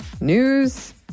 news